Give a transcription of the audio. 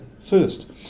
first